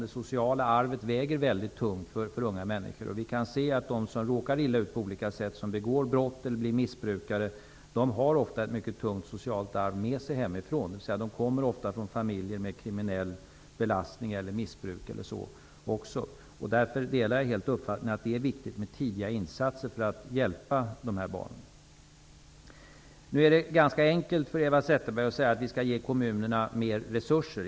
Det sociala arvet väger väldigt tungt för unga människor. De som råkar illa ut, begår brott eller blir missbrukare, har ofta ett mycket tungt socialt arv med sig hemifrån. De kommer ofta ifrån familjer med kriminell belastning eller missbruk. Därför delar jag helt uppfattningen att det är viktigt med tidiga insatser för att hjälpa dessa barn. Nu är det ganska enkelt för Eva Zetterberg att säga att vi skall ge kommunerna mer resurser.